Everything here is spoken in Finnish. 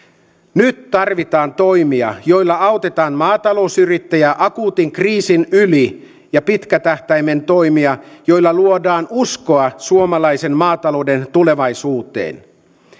nyt tarvitaan toimia joilla autetaan maatalousyrittäjiä akuutin kriisin yli ja pitkän tähtäimen toimia joilla luodaan uskoa suomalaisen maatalouden tulevaisuuteen